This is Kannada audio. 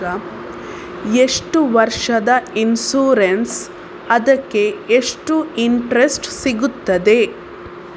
ಎಷ್ಟು ವರ್ಷದ ಇನ್ಸೂರೆನ್ಸ್ ಅದಕ್ಕೆ ಎಷ್ಟು ಇಂಟ್ರೆಸ್ಟ್ ಸಿಗುತ್ತದೆ?